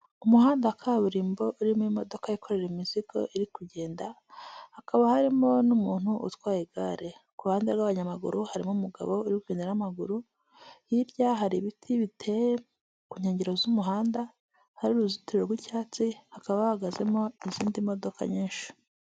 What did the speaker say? Umuhanda wa kaburimbo urimo imodoka yikorera imizigo iri kugenda, hakaba harimo n'umuntu utwaye igare, kuruhande rw'abanyamaguru harimo umugabo uri kugenda n'amaguru, hirya hari ibiti biteye ku nkengero z'umuhanda, hari uruzitiro rw'icyatsi hakaba hahagazemo izindi modoka nyinshi.